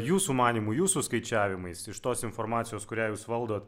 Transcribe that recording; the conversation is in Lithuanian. jūsų manymu jūsų skaičiavimais iš tos informacijos kurią jūs valdot